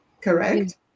Correct